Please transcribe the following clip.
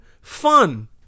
Fun